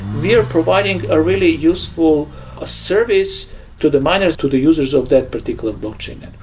we're providing a really useful ah service to the miners, to the users of that particular blockchain and